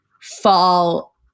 fall